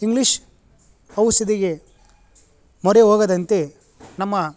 English ಔಷಧಿಗೆ ಮೊರೆ ಹೋಗದಂತೆ ನಮ್ಮ